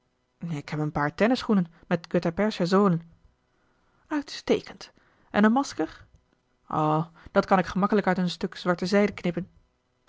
ik heb een paar tennis schoenen met gutta-percha zolen uitstekend en een masker o dat kan ik gemakkelijk uit een stuk zwarte zijde knippen